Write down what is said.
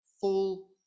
full